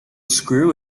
screw